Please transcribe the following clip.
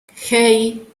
hey